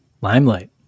limelight